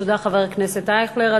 תודה, חבר הכנסת ישראל אייכלר.